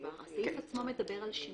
הסעיף עצמו מדבר על שימוש.